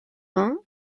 vingt